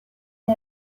dei